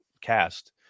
cast